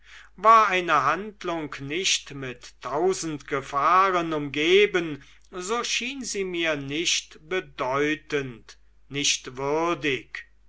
war eine handlung nicht mit tausend gefahren umgeben so schien sie mir nicht bedeutend nicht würdig